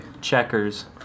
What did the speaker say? Checkers